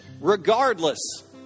Regardless